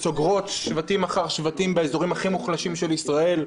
שבטים אחר שבטים באזורים הכי מוחלשים של ישראל.